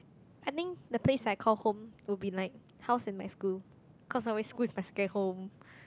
I think the place I call home would be like house and my school cause always school is my second home